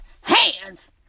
hands